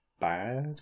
bad